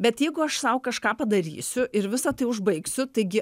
bet jeigu aš sau kažką padarysiu ir visa tai užbaigsiu taigi